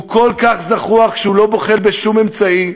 הוא כל כך זחוח שהוא לא בוחל בשום אמצעי.